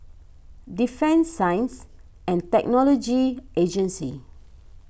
Defence Science and Technology Agency